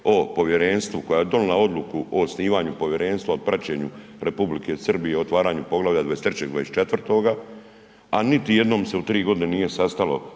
o povjerenstvu, koja je donijela odluku o osnivanju povjerenstva o praćenju Republike Srbije, otvaranju poglavlja 23. i 24., a niti jednom se u 3 godine nije sastalo